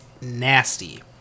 nasty